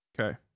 Okay